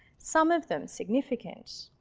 some of them significant.